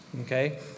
Okay